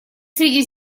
среди